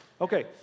Okay